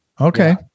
Okay